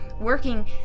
working